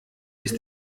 ist